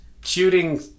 shooting